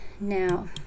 now